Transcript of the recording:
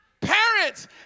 Parents